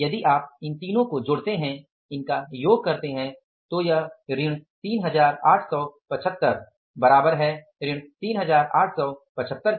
यदि आप इन तीनों को जोड़ते हैं तो यह ऋण 3875 बराबर है ऋण 3875 के